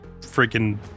freaking